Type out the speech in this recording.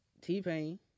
T-Pain